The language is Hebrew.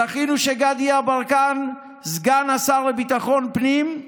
זכינו שגדי יברקן, סגן השר לביטחון הפנים,